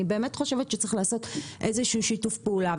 אני חושבת שצריך לעשות איזשהו שיתוף פעולה.